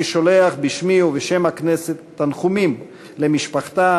אני שולח בשמי ובשם הכנסת תנחומים למשפחתה,